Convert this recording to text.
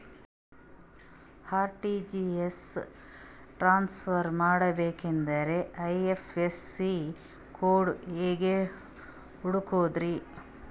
RTGS transfer ಮಾಡಬೇಕೆಂದರೆ IFSC code ಹೆಂಗ್ ಹುಡುಕೋದ್ರಿ?